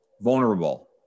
vulnerable